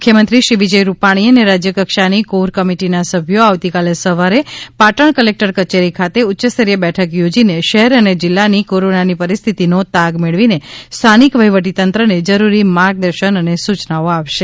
મુખ્યમંત્રીશ્રી વિજય રૂપાણી અને રાજ્ય કક્ષાની કોર કમિટીના સભ્યો આવતીકાલે સવારે પાટણ કલેક્ટર કચેરી ખાતે ઉચ્યસ્તરીય બેઠક યોજીને શહેર અને જિલ્લાની કોરોનાની પરિસ્થિતિનો તાગ મેળવીને સ્થાનિક વહીવટી તંત્રને જરૂરી માર્ગદર્શન અને સૂચનાઓ આપશે